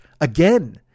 again